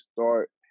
start